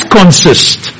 consist